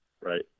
Right